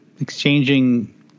exchanging